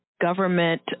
government